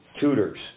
tutors